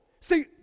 See